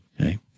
okay